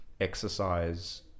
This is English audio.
exercise